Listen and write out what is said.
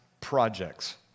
projects